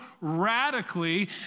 radically